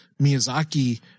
Miyazaki